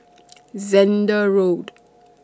Zehnder Road